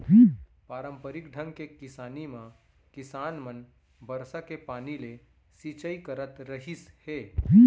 पारंपरिक ढंग के किसानी म किसान मन बरसा के पानी ले सिंचई करत रहिस हे